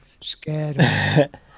scared